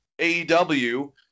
AEW